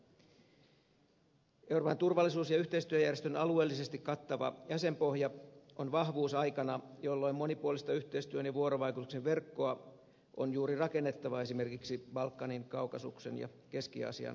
euroopan turvallisuus ja yhteistyöjärjestön alueellisesti kattava jäsenpohja on vahvuus aikana jolloin monipuolista yhteistyön ja vuorovaikutuksen verkkoa on juuri rakennettava esimerkiksi balkanin kaukasuksen ja keski aasian kansakuntien suuntaan